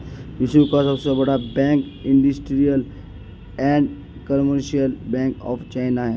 विश्व का सबसे बड़ा bank Industrial and Commercial Bank of China है